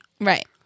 Right